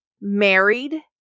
married